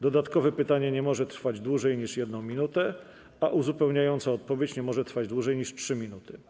Dodatkowe pytanie nie może trwać dłużej niż 1 minutę, a uzupełniająca odpowiedź nie może trwać dłużej niż 3 minuty.